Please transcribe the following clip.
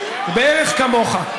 בערך כמוך.